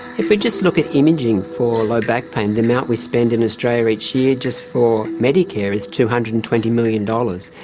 if we just look at imaging for low back pain, the amount we spend in australia each year just for medicare is two hundred and twenty million dollars.